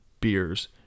beers